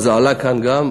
וזה עלה כאן גם,